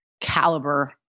caliber